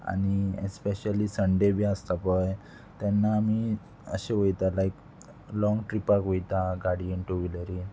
आनी especially Sunday बी आसता पय तेन्ना आमी अशें वयता लायक लाँग ट्रिपाक वयता गाडयेन टू व्हिलरीन